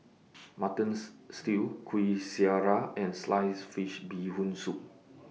Mutton Stew Kuih Syara and Sliced Fish Bee Hoon Soup